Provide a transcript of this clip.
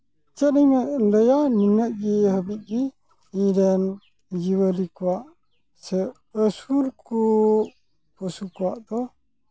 ᱪᱮᱫ ᱤᱧ ᱞᱟᱹᱭᱟ ᱱᱤᱱᱟᱹᱜ ᱜᱮ ᱦᱟᱹᱵᱤᱡ ᱜᱮ ᱤᱧ ᱨᱮᱱ ᱡᱤᱭᱟᱹᱞᱤ ᱠᱚᱣᱟᱜ ᱥᱮ ᱟᱹᱥᱩᱞ ᱠᱚ ᱯᱚᱥᱩ ᱠᱚᱣᱟᱜ ᱫᱚ